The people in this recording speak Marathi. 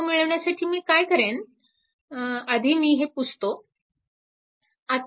तो मिळविण्यासाठी मी काय करेन की आधी मी हे पुसतो